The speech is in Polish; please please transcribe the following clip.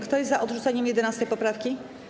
Kto jest za odrzuceniem 11. poprawki?